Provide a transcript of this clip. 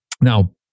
Now